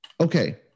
Okay